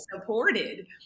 supported